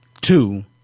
two